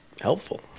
helpful